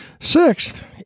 Sixth